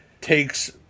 takes